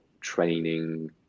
training